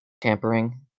Tampering